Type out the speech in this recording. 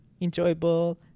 enjoyable